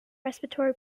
respiratory